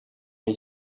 iyi